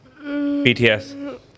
BTS